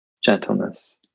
gentleness